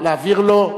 להעביר לו,